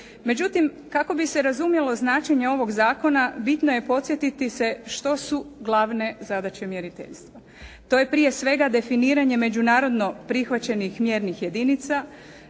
Međutim kako bi se razumjelo značenje ovog zakona bitno je podsjetiti se što su glavne zadaće mjeriteljstva? To je prije svega definiranje međunarodno prihvaćenih mjernih jedinica